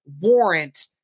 warrant